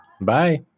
Bye